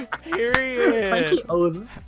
Period